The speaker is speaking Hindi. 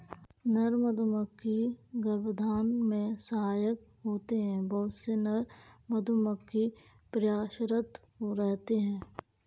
नर मधुमक्खी गर्भाधान में सहायक होते हैं बहुत से नर मधुमक्खी प्रयासरत रहते हैं